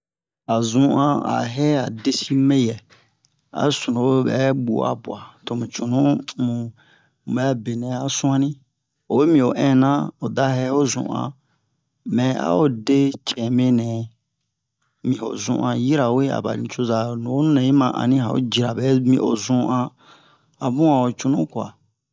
A zun'an a wɛ a desi mɛyɛ a sunuwo ɓɛ ɓu'a bwa tomu cunu muɓɛ a benɛ a su'anni oyi mi o ɛna oda hɛ o zun'an mɛ a o de hɛ o zun'an mɛ a o de cɛme nɛ mi ho zun'an yirawe aba nucoza nuwonu nɛ yi ma anni a ho jira ɓɛmi o zun'an a bun a ho cunu